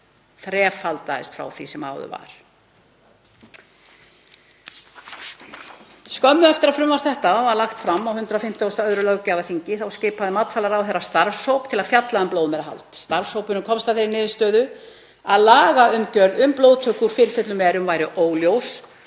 þrefaldaðist frá því sem áður var. Skömmu eftir að frumvarp þetta var lagt fram á 152. löggjafarþingi skipaði matvælaráðherra starfshóp til að fjalla um blóðmerahald. Starfshópurinn komst að þeirri niðurstöðu að lagaumgjörð um blóðtöku úr fylfullum merum væri óljós